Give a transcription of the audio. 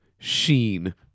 Sheen